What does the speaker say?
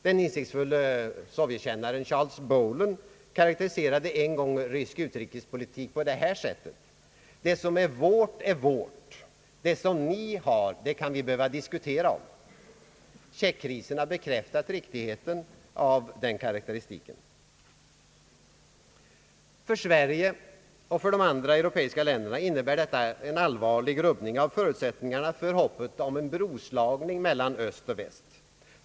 Den insiktsfulle sovjetkännaren Charles Bohlen karakteriserade en gång rysk utrikespolitik på det här sättet: »Det som är vårt är vårt. Det som ni har kan vi behöva diskutera om.» Tjeckkrisen har bekräftat riktigheten av den karakteristiken. För Sverige och för de andra europeiska länderna innebär detta en allvarlig rubbning av förutsättningarna för hoppet om en broslagning mellan öst och väst.